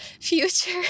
future